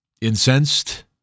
incensed